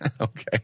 Okay